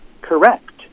correct